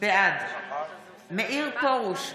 בעד מאיר פרוש,